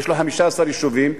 יש לו 15 יישובים,